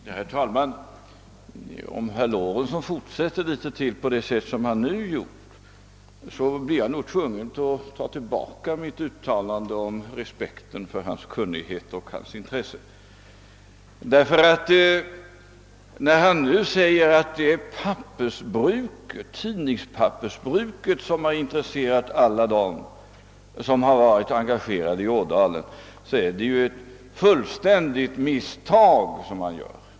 Herr talman! Om herr Lorentzon fortsätter att uttala sig på det sätt som han nu gjort blir jag nog tvungen att ta tillbaka vad jag sade om respekten för hans kunnighet och hans intresse. När han påstår att det är tidningspappersbruket som intresserat alla dem som varit engagerade i frågan om Ådalen gör han ett stort misstag.